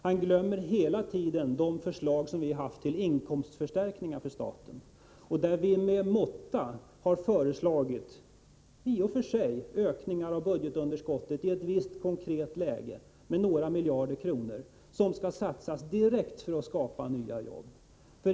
Han glömmer hela tiden de förslag till inkomstförstärkningar för staten som vi haft, där vi måttfullt föreslagit succesiva ökningar av budgetunderskottet i ett visst konkret läge med några miljarder, som skulle satsas direkt på att skapa nya jobb.